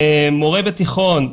מורה בתיכון,